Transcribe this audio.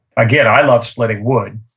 again, i love splitting wood,